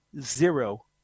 zero